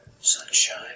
sunshine